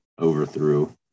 overthrew